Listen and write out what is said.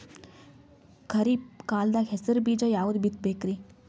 ಖರೀಪ್ ಕಾಲದಾಗ ಹೆಸರು ಬೀಜ ಯಾವದು ಬಿತ್ ಬೇಕರಿ?